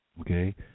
okay